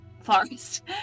forest